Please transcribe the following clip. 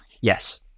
Yes